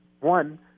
one